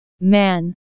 man